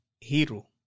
Hero